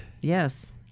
Yes